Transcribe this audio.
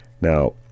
Now